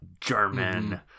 German